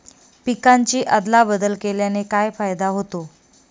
पिकांची अदला बदल केल्याने काय फायदा होतो?